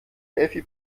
delphi